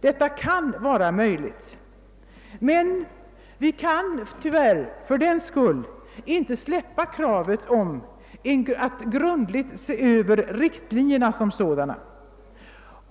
Detta kan göras, men vi får fördenskull inte släppa kravet på en grundlig översyn av riktlinjerna som sådana.